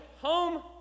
home